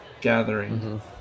gathering